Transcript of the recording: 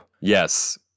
Yes